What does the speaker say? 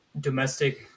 domestic